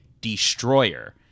Destroyer